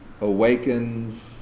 awakens